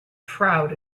proud